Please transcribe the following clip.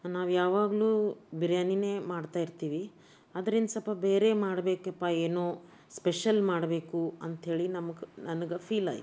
ನಾವು ಯಾವಾಗ್ಲೂ ಬಿರಿಯಾನಿಯೇ ಮಾಡ್ತಾ ಇರ್ತೀವಿ ಅದ್ರಿಂದ ಸ್ವಲ್ಪ ಬೇರೆ ಮಾಡಬೇಕಪ್ಪ ಏನು ಸ್ಪೆಷಲ್ ಮಾಡಬೇಕು ಅಂಥೇಳಿ ನಮ್ಗೆ ನನಗೆ ಫೀಲಾಯಿತು